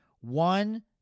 One